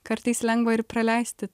kartais lengva ir praleisti